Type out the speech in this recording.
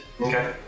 Okay